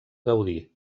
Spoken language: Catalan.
gaudí